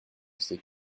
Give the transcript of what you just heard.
ces